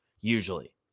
usually